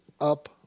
up